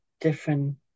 different